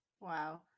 Wow